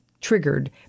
triggered